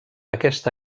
aquesta